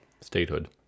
Statehood